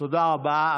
תודה רבה.